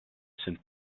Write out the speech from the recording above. sind